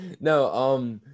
No